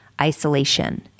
isolation